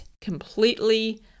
completely